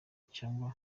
cyangwa